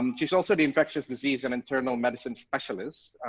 um she is also the infectious disease and internal medicine specialist,